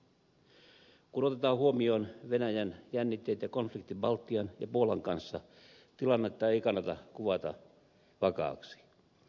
kun otetaan huomioon venäjän jännitteet ja konfliktit baltian ja puolan kanssa tilannetta ei kannata kuvata vakaaksi